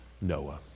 Noah